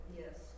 yes